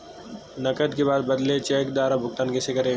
नकद के बदले चेक द्वारा भुगतान कैसे करें?